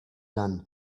none